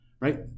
Right